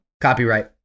Copyright